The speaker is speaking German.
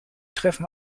treffen